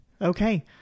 Okay